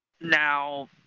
Now